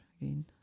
again